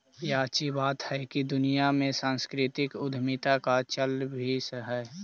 याची बात हैकी दुनिया में सांस्कृतिक उद्यमीता का चल भी है